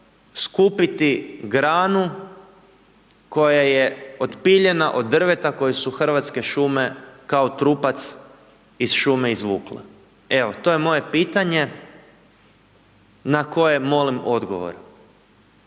skupiti granu koja je otpiljena od drveta koje su Hrvatske šume kao trupac iz šume izvukli? Evo to je moje pitanje na koje molim odgovor.